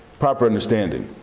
proper understanding.